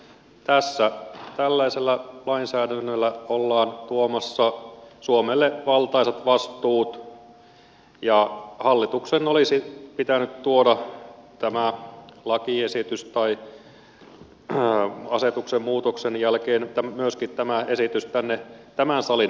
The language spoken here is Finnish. tässä tällaisella lainsäädännöllä ollaan tuomassa suomelle valtaisat vastuut ja hallituksen olisi pitänyt tuoda asetuksen muutoksen jälkeen myöskin tämä lakiesitys tänne tämän salin päätettäväksi